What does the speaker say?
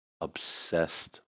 obsessed